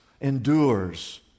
endures